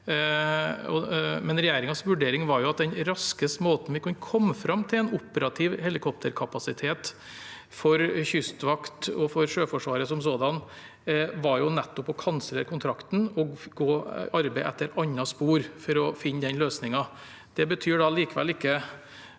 år. Regjeringens vurdering var at den raskeste måten vi kunne komme fram til en operativ helikopterkapasitet for Kystvakten og Sjøforsvaret som sådan på, nettopp var å kansellere kontrakten og arbeide langs et annet spor for å finne løsningen. Det betyr allikevel ikke